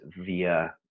via